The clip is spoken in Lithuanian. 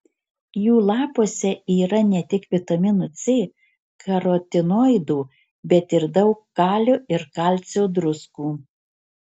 jų lapuose yra ne tik vitamino c karotinoidų bet ir daug kalio ir kalcio druskų